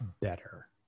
better